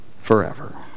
forever